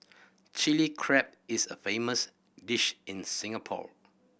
Chilli Crab is a famous dish in Singapore